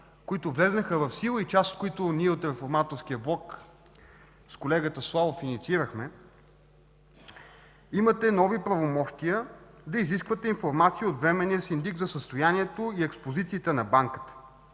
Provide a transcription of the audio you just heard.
които влязоха в сила и част от които ние с колегата Славов инициирахме, имате нови правомощия да изисквате информация от временния синдик за състоянието и експозициите на Банката.